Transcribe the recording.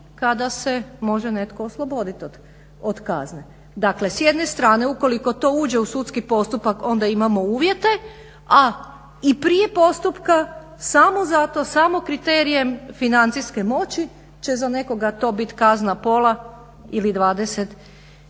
kada se može netko osloboditi od kazne. Dakle s jedne strane ukoliko to uđe u sudski postupak onda imamo uvjete, a i prije postupka samo zato, samo kriterijem financijske moći će za nekoga to biti kazna pola ili 25%.